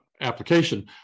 application